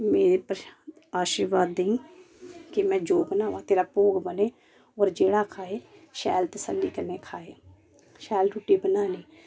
मीं आशीर्वाद देईं के मैं जो बनाया तेरा भोग बने और जेह्ड़ा खाए शैल तसल्ली कन्नै खाए शैल रूट्टी बनानी